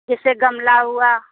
जैसे गमला हुआ